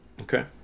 Okay